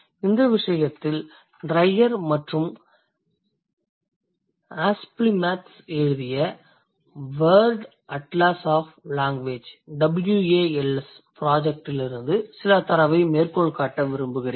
இவ்விசயத்தில் Dryer மற்றும் Haspelmaths எழுதிய World Atlas of Languages projectலிருந்து சில தரவை மேற்கோள் காட்ட விரும்புகிறேன்